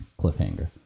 cliffhanger